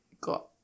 got